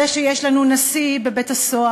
זה שיש לנו נשיא בבית-הסוהר,